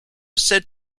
said